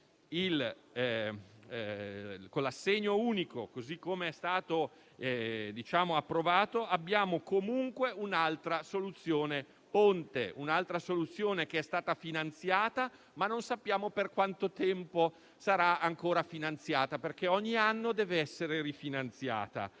Con l'assegno unico, così come è stato approvato, abbiamo comunque un'altra soluzione ponte, che è stata finanziata, ma non sappiamo per quanto tempo lo sarà ancora, perché ogni anno deve essere rifinanziata.